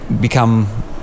become